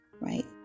right